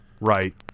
right